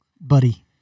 Buddy